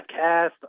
podcast